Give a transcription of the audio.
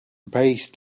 braced